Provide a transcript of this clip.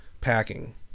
packing